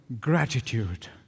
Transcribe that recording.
gratitude